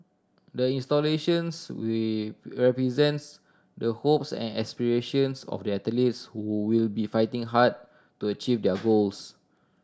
the installations will will be represents the hopes and aspirations of the athletes who will be fighting hard to achieve their goals